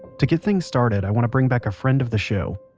to get things started i want to bring back a friend of the show,